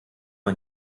man